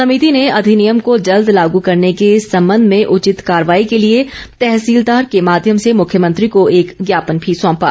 सभिति ने अधिनियम को जल्द लागू करने के संबंध में उचित कार्रवाई के लिए तहसीलदार के माध्यम से मुख्यमंत्री को एक ज्ञापन भी सौंपा